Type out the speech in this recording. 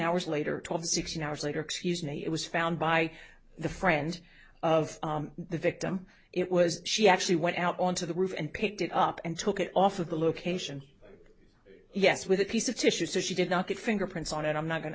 hours later twelve sixteen hours later excuse me it was found by the friend of the victim it was she actually went out onto the roof and picked it up and took it off of the location yes with a piece of tissue so she did not get fingerprints on it i'm not go